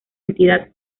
entidad